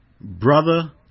Brother